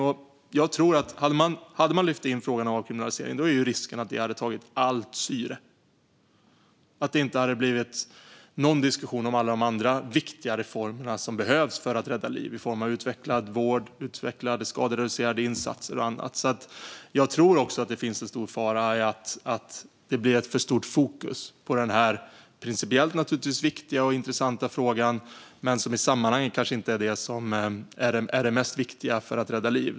Skulle man lyfta in denna fråga är risken att det tar allt syre och att det inte blir någon diskussion om alla andra viktiga reformer som behövs för att rädda liv, i form av utvecklad vård, utvecklade skadereducerande insatser och annat. Jag tror att det finns en fara i att det blir ett alltför stort fokus på denna i och för sig principiellt viktiga fråga men som i sammanhanget kanske inte är den viktigaste för att rädda liv.